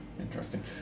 interesting